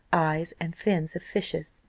eyes, and fins of fishes.